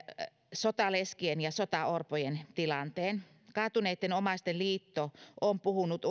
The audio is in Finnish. sotaleskien ja sotaorpojen tilanteen kaatuneitten omaisten liitto on puhunut